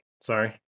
Sorry